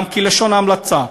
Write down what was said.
כלשון ההמלצה,